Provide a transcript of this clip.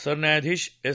सरन्यायाधीश एस